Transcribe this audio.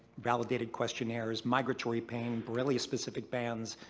validated questionnaires, migratory pain, borrelia specific bands,